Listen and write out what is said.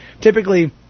typically